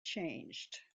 changed